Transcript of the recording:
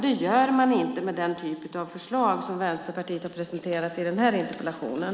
Det gör man inte med den typ av förslag som Vänsterpartiet har presenterat i den här interpellationen.